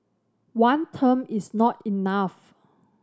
one term is not enough